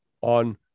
on